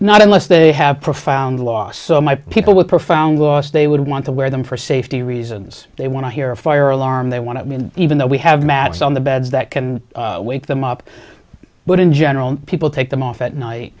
not unless they have profound loss so my people with profound loss they would want to wear them for safety reasons they want to hear a fire alarm they want to be in even though we have mats on the beds that can wake them up but in general people take them off at night